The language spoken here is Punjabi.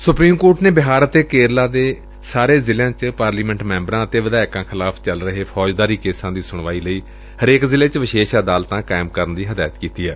ਸੁਪਰੀਮ ਕੋਰਟ ਨੇ ਬਿਹਾਰ ਅਤੇ ਕੇਰਲਾ ਦੇ ਸਾਰੇ ਜ਼ਿਲ੍ਸਿਆਂ ਚ ਪਾਰਲੀਮੈਟ ਮੈਬਰਾਂ ਅਤੇ ਵਿਧਾਇਕਾਂ ਖਿਲਾਫ਼ ਚੱਲ ਰਹੇ ਫੌਜਦਾਰੀ ਕੇਸਾ ਦੀ ਸੁਣਵਾਈ ਲਈ ਹਰੇਕ ਜ਼ਿਲੇ ਚ ਵਿਸ਼ੇਸ਼ ਅਦਾਲਤਾ ਕਾਇਮ ਕਰਨ ਦੀ ਹਦਾਇਤ ਕੀਤੀ ਏ